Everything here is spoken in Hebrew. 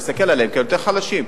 להסתכל עליהם כעל יותר חלשים.